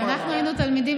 כשאנחנו היינו תלמידים,